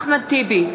אחמד טיבי,